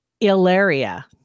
Ilaria